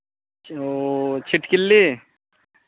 ओ छिटकिली